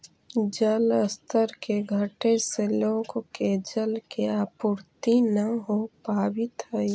जलस्तर के घटे से लोग के जल के आपूर्ति न हो पावित हई